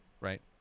right